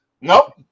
Nope